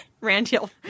Randall